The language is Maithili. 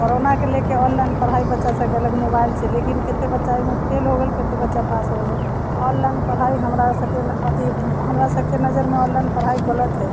कोरोनाके लऽ कऽ ऑनलाइन पढ़ाइ बच्चासब केलक मोबाइलसँ लेकिन कतेक बच्चा एहिमे फेल हो गेल कतेक बच्चा पास हो गेलै ऑनलाइन पढ़ाइ हमरा सबके ने अथी हमरा सबके नजरिमे ऑनलाइन पढ़ाइ गलत हइ